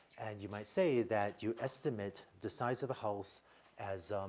and you might say that you estimate the size of a house as,